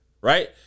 right